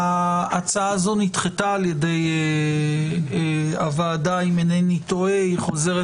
ההצעה הזו נדחתה על ידי הוועדה ואם אינני טועה היא חוזרת